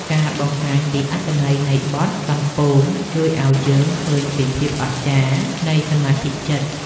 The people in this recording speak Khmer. ការបង្ហាញពីអត្ថន័យនៃបទ សំពោង ជួយឱ្យយើងឃើញពីភាពអស្ចារ្យនៃសមាធិចិត្ត។